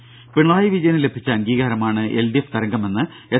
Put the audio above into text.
ദേദ പിണറായി വിജയനു ലഭിച്ച അംഗീകാരമാണ് എൽഡിഎഫ് തരംഗമെന്ന് എസ്